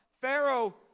Pharaoh